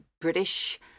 British